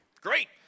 Great